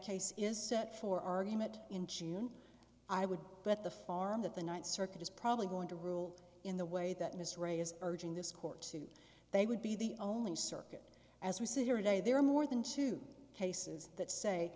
case is set for argument in june i would bet the farm that the ninth circuit is probably going to rule in the way that mr ray is urging this court to they would be the only circuit as we sit here today there are more than two cases that say